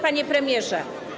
Panie Premierze!